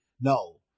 no